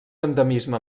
endemisme